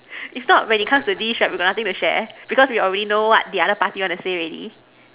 if not when it comes to this right we got nothing to share because we already know what the other party wants to say already